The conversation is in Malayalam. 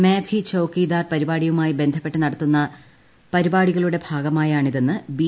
മെം ഭീ ചൌക്കീദാർ പരിപാടിയുമായി ബന്ധപ്പെട്ട് നടത്തുന്ന പരിപാടികളുടെ ഭാഗമായാണിതെന്ന് ബി